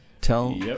Tell